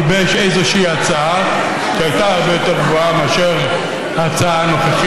תודה רבה, אדוני.